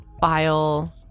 file